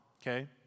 okay